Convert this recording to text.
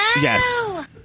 Yes